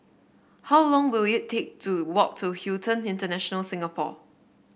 how long will it take to walk to Hilton International Singapore